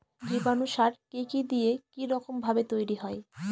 জীবাণু সার কি কি দিয়ে কি রকম ভাবে তৈরি হয়?